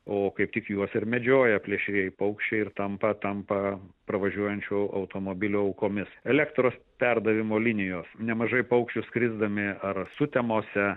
o kaip tik juos ir medžioja plėšrieji paukščiai ir tampa tampa pravažiuojančio automobilio aukomis elektros perdavimo linijos nemažai paukščių skrisdami ar sutemose